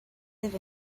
live